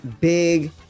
Big